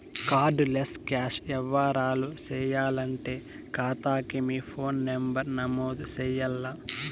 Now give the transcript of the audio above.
card less cash యవ్వారాలు సేయాలంటే కాతాకి మీ ఫోను నంబరు నమోదు చెయ్యాల్ల